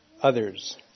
others